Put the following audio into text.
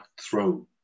throne